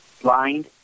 blind